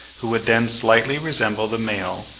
who would then slightly resemble the male,